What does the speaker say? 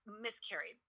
miscarried